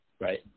Right